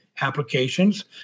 applications